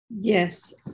Yes